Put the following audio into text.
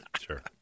Sure